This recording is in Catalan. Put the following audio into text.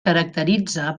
caracteritza